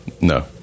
No